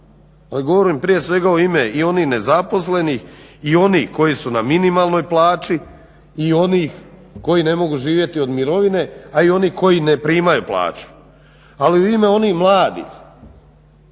ali govorim prije svega u ime i onih nezaposlenih i onih koji su na minimalnoj plaći i onih koji ne mogu živjeti od mirovine a i onih koji ne primaju plaću. Ali i u ime onih mladih